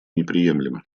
неприемлемы